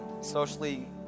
socially